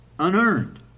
Unearned